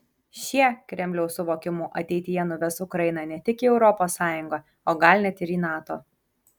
šie kremliaus suvokimu ateityje nuves ukrainą ne tik į europos sąjungą o gal net ir į nato